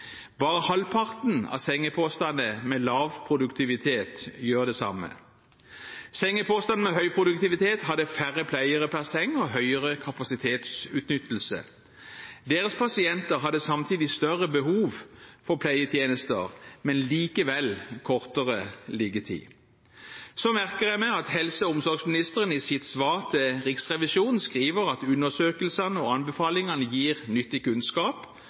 Bare halvparten av sengepostene med lav produktivitet gjør det samme. Sengepostene med høy produktivitet hadde færre pleiere per seng og høyere kapasitetsutnyttelse. Deres pasienter hadde samtidig større behov for pleietjenester, men likevel kortere liggetid. Så merker jeg meg at helse- og omsorgsministeren i sitt svar til Riksrevisjonen skriver at undersøkelsene og anbefalingene gir nyttig kunnskap,